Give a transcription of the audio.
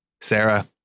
Sarah